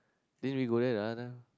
didn't we go there the other time